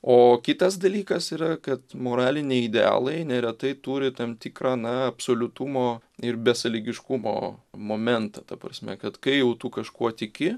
o kitas dalykas yra kad moraliniai idealai neretai turi tam tikrą na absoliutumo ir besąlygiškumo momentą ta prasme kad kai jau tu kažkuo tiki